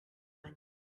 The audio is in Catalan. any